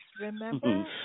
remember